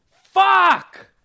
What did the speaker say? FUCK